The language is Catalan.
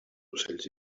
ocells